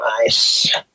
nice